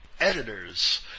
editors